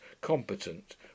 competent